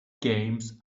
games